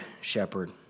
shepherd